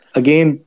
again